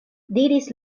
diris